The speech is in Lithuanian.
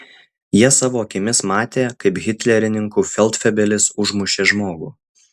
jie savo akimis matė kaip hitlerininkų feldfebelis užmušė žmogų